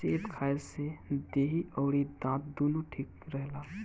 सेब खाए से देहि अउरी दांत दूनो ठीक रहेला